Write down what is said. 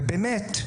ובאמת,